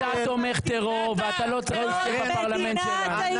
אתה תומך טרור ואתה לא צריך להיות בפרלמנט שלנו.